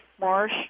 Marsh